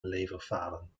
leverfalen